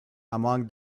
among